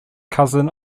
cousin